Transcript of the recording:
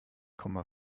komma